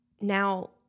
now